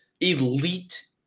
elite